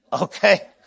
Okay